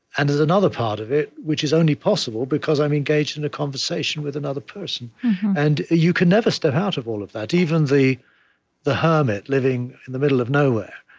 and there's another part of it which is only possible because i'm engaged in a conversation with another person and you can never step out of all of that. even the the hermit, living in the middle of nowhere,